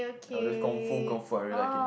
now there's Kung-Fu Kung-Fu I really like it